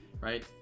right